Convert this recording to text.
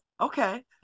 Okay